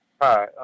Hi